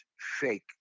fake